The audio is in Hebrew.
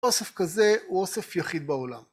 אוסף כזה הוא אוסף יחיד בעולם.